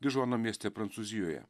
dižoano mieste prancūzijoje